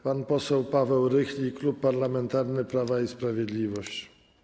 Pan poseł Paweł Rychlik, Klub Parlamentarny Prawo i Sprawiedliwość.